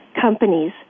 companies